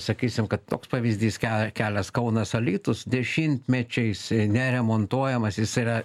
sakysim kad toks pavyzdys ke kelias kaunas alytus dešimtmečiais neremontuojamas jis yra